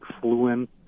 fluent